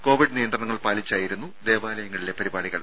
Covid നിയന്ത്രണങ്ങൾ പാലിച്ചായിരുന്നു ദേവാലയങ്ങളിലെ പരിപാടികൾ